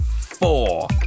four